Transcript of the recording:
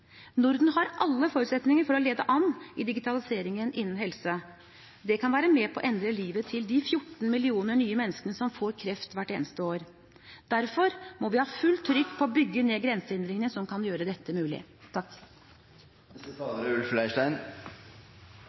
Norden har alle forutsetninger for å lede an i digitaliseringen innen helse. Det kan være med på å endre livet til de 14 millioner nye menneskene som får kreft hvert eneste år. Derfor må vi ha fullt trykk på å bygge ned grensehindringene som kan gjøre dette mulig.